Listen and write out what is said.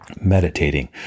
meditating